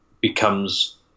becomes